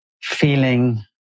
feeling